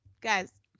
guys